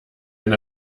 wenn